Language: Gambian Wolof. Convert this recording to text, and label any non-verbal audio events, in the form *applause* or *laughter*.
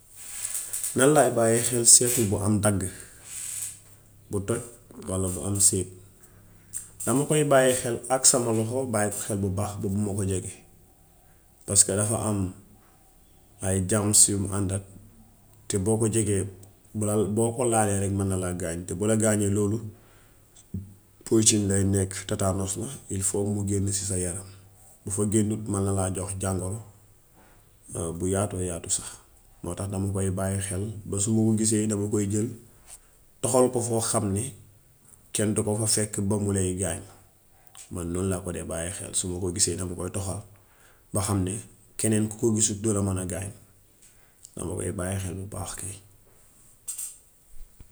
Nan laa bàyyee xel seetu bu am dagg, bu toj walla bu am séeg. Dama koy bàyyee xel ak sama loxo bàyye ko xel bu baax ba bu ma ko jege paska dafa am ay jaams yum àndal, te boo ko jegee, *hesitation* boo ko laalee rekk mën na laa gaañ, te bu la gaañee loolu poocin lay nekk, tetaanos la il faut mu génn si sa yaram. Bu fa génnut man na laa jox jàngoro *hesitation* bu yaatoo yaatu sax. Moo tax dama koy bàyyi xel ba su ma ko gisee dama koy jël toxol ko foo xam ni ken du ko fa fekk ba mu lay gaañ. Man lool laa ko dee bàyyee xel, su ma ko gisee dama koy toxal ba xam ni keneen ku ko gisul du la man a gaañ. Dama koy bàyyi xel bu baax kay.